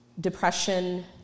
Depression